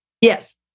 Yes